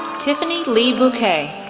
tiffany leigh bouquet,